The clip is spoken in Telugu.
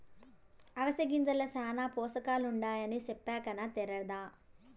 అవిసె గింజల్ల శానా పోసకాలుండాయని చెప్పే కన్నా తేరాదా